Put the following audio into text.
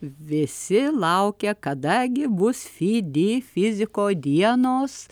visi laukia kada gi bus fidi fiziko dienos